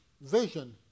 vision